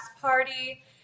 party